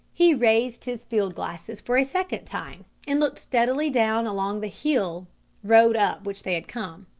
he raised his field glasses for a second time and looked steadily down along the hill road up which they had come.